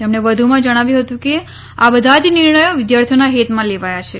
તેમણે વધુમાં જણાવ્યું હતું કે આ બધા જ નિર્ણયો વિદ્યાર્થીઓના હિતમાં લેવાયા છે